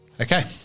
Okay